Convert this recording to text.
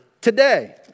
today